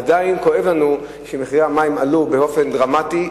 עדיין כואב לנו שמחירי המים עלו באופן דרמטי,